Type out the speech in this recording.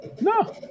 No